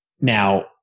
Now